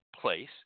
place